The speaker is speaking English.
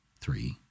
Three